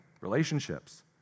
relationships